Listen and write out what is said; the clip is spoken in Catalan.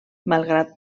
malgrat